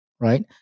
right